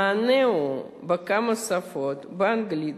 המענה הוא בכמה שפות: באנגלית,